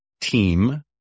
team